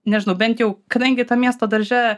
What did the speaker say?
nežinau bent jau kadangi tam miesto darže